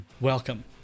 Welcome